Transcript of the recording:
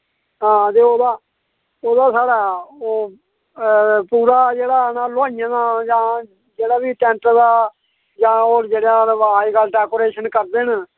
हां ते ओह्दा ओह्दा साढ़ा ओह् पूरा जेह्ड़ा आना लोहाइयें दा जां जेह्ड़ा बी टैंट दा जां हून जेह्ड़ा रवाज दा डेकोरेशन करदे न